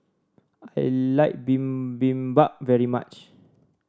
I like Bibimbap very much